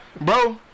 Bro